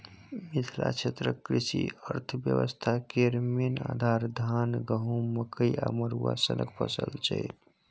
मिथिला क्षेत्रक कृषि अर्थबेबस्था केर मेन आधार, धान, गहुँम, मकइ आ मरुआ सनक फसल छै